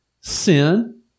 sin